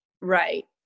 Right